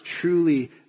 truly